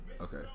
Okay